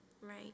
right